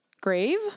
Grave